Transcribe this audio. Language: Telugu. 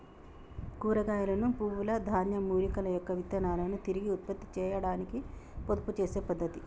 కూరగాయలను, పువ్వుల, ధాన్యం, మూలికల యొక్క విత్తనాలను తిరిగి ఉత్పత్తి చేయాడానికి పొదుపు చేసే పద్ధతి